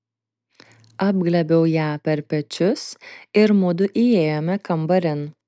apglėbiau ją per pečius ir mudu įėjome kambarin